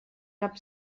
cap